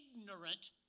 ignorant